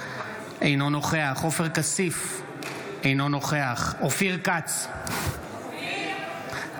אינו נוכח עופר כסיף,